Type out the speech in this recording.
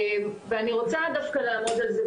ואני רוצה דווקא לעמוד על זה,